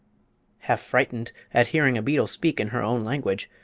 half frightened at hearing a beetle speak in her own language,